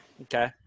Okay